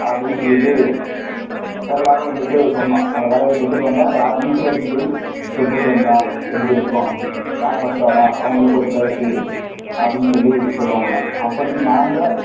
அப்படின்னு சொல்லிட்டு எல்லோரும் வந்துட்டு சொன்னோம் அந்த கரையை போய் தொட்டுட்டு வந்தால் யார் நீச்சல் அடித்து போய் தொட்டுட்டு வந்தால் எப்படி இருக்கும் யார் ஃபஸ்ட்டு வர்றா அவங்களுக்கு ஒரு ப்ரைஸு அப்படின்னு சொல்லி சொல்வானுங்க அப்போதிக்கி நாங்கள்